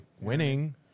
winning